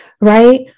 right